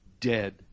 Dead